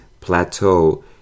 plateau